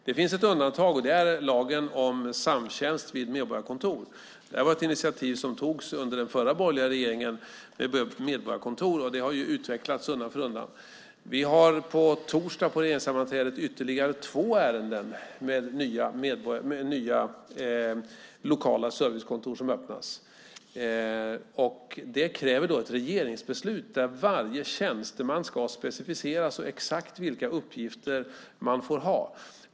Det finns ett undantag, och det är lagen om samtjänst vid medborgarkontor. Det var ett initiativ som togs under den förra borgerliga regeringen, och det har utvecklats undan för undan. Vi har på torsdagens regeringssammanträde ytterligare två ärenden med nya lokala servicekontor som öppnas. Det kräver ett regeringsbeslut där varje tjänsteman ska specificeras och exakt vilka uppgifter man får ha.